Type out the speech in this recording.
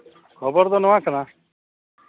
ᱠᱷᱚᱵᱚᱨ ᱫᱚ ᱱᱚᱣᱟ ᱠᱟᱱᱟ